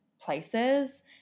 places